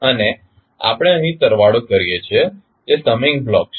અને આપણે અહીં સરવાળો કરીએ છીએ જે સમિંગ બ્લોક છે